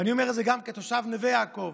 ואני אומר את זה גם כתושב נווה יעקב.